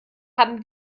haben